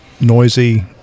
noisy